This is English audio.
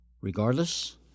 Regardless